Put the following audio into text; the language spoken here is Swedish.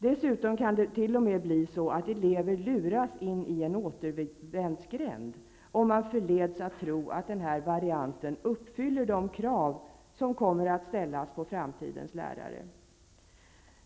Dessutom kan det t.o.m. bli så att elever luras in i en återvändsgränd, om de förleds att tro att denna variant uppfyller de krav som kommer att ställas på framtidens lärare.